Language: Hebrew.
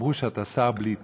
ואמרו שאתה שר בלי תיק,